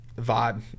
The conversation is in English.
vibe